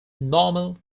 normal